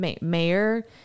mayor